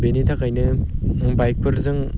बेनि थाखायनो बाइकफोरजों